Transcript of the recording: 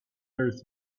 earth